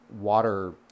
water